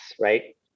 right